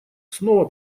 снова